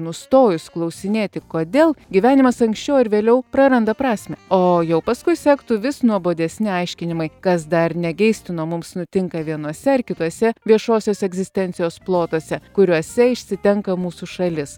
nustojus klausinėti kodėl gyvenimas anksčiau ar vėliau praranda prasmę o jau paskui sektų vis nuobodesni aiškinimai kas dar negeistino mums nutinka vienose ar kitose viešosios egzistencijos plotuose kuriuose išsitenka mūsų šalis